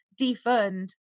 defund